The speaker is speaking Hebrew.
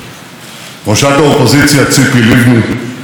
שרים וחברי כנסת בעבר ובהווה,